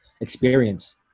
experience